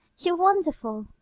you're wonderful!